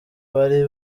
bari